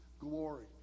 glory